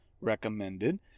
recommended